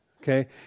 Okay